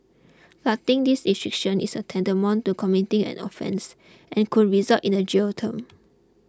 flouting these restrictions is tantamount to committing an offence and could result in a jail term